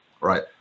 Right